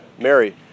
Mary